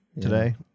today